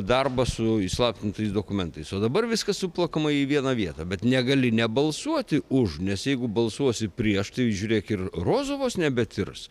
darbą su įslaptintais dokumentais o dabar viskas suplakama į vieną vietą bet negali nebalsuoti už nes jeigu balsuosi prieš tai žiūrėk ir rozovos nebetirs